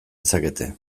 dezakete